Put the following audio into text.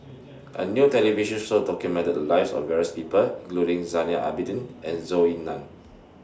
A New television Show documented The Lives of various People including Zainal Abidin and Zhou Ying NAN